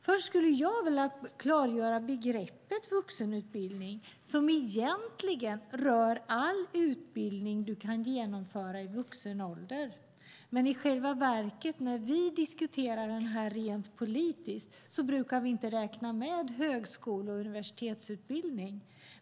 Först skulle jag vilja klargöra begreppet "vuxenutbildning", som egentligen rör all utbildning du kan genomföra i vuxen ålder. I själva verket brukar vi när vi diskuterar detta rent politiskt dock inte räkna med högskolor och universitetsutbildning.